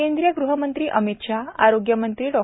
केंद्रीय गृहमंत्री अमित शाह आरोग्य मंत्री डॉ